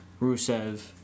Rusev